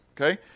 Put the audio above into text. Okay